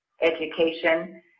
education